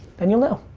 then you'll know.